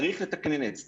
צריך לתקנן את זה,